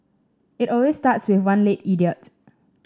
it always starts with one late idiot